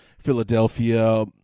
Philadelphia